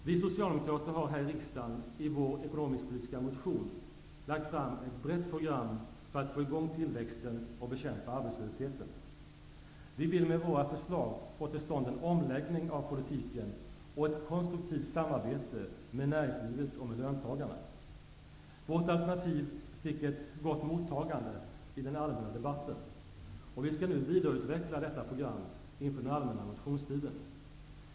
Vi socialdemokrater har här i riksdagen i vår ekonomisk-politiska motion lagt fram ett brett program för att få i gång tillväxten och bekämpa arbetslösheten. Vi vill med våra förslag få till stånd en omläggning av politiken och ett konstruktivt samarbete med näringslivet och med löntagarna. Vårt alternativ fick ett gott mottagande i den allmänna debatten. Vi skall nu vidareutveckla detta program inför den allmänna motionstiden.